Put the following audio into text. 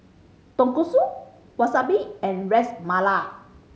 Tonkatsu Wasabi and Ras Malai